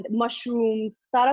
mushrooms